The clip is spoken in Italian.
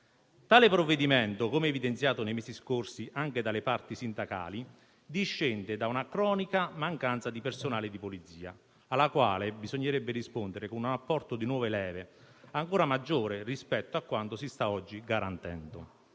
Tale provvedimento - come evidenziato nei mesi scorsi, anche dalle parti sindacali - discende da una cronica mancanza di personale di polizia, alla quale bisognerebbe rispondere con un apporto di nuove leve, ancora maggiore rispetto a quanto si sta oggi garantendo,